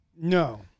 No